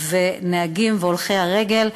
נהגים והולכי רגל.